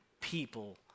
people